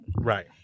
Right